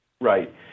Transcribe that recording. Right